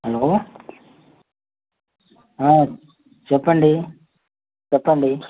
hello చెప్పండి చెప్పండి